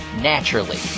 naturally